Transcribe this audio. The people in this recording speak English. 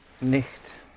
nicht